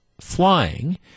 flying